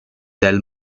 del